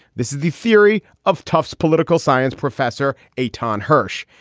this is the theory of tufts political science professor ayten hirsch.